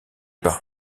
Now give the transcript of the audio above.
par